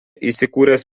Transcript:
įsikūręs